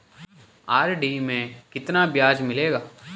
RD में कितना ब्याज मिलेगा?